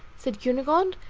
said cunegonde,